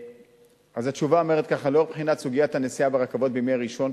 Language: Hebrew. אז התשובה אומרת כך: לאור בחינת סוגיית הנסיעה ברכבות בימי ראשון,